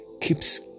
keeps